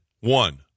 one